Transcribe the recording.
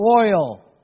oil